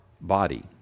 body